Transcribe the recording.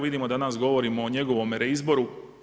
Vidim danas govorimo o njegovome reizboru.